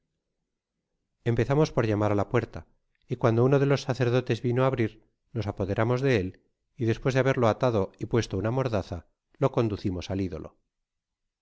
empezamos por llamar á la puerta y cuando uno de los sacerdotes vino á abrir nos apoderamos de él y despues de haberlo atado y puesto una mordaza lo conducimos al idolo